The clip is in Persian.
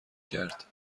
کرد